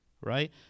right